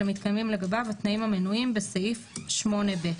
שמתקיימים לגביו התנאים המנויים בסעיף 8(ב)".